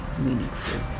meaningful